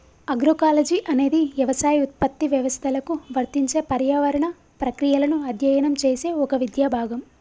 agroecology అనేది యవసాయ ఉత్పత్తి వ్యవస్థలకు వర్తించే పర్యావరణ ప్రక్రియలను అధ్యయనం చేసే ఒక విద్యా భాగం